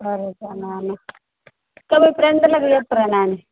సరే రా నాన్న నువ్వు మీ ఫ్రెండులకు చెప్పరా నాని